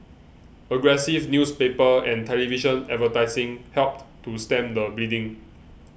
aggressive newspaper and television advertising helped to stem the bleeding